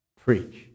preach